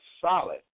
solid